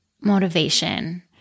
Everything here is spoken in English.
motivation